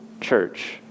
church